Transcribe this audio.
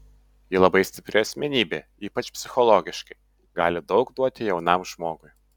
ji labai stipri asmenybė ypač psichologiškai gali daug duoti jaunam žmogui